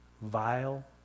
vile